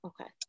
okay